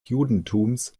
judentums